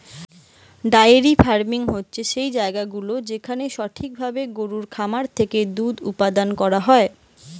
diary farming হতিছে সেই জায়গাগুলা যেখানটাতে সঠিক ভাবে গরুর খামার থেকে দুধ উপাদান করা হয়